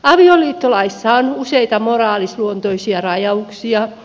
avioliittolaissa on useita moraalisluontoisia rajauksia